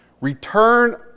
Return